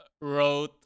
wrote